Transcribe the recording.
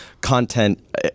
content